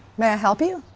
may i help you?